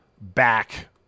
back